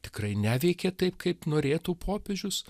tikrai neveikia taip kaip norėtų popiežius